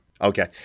Okay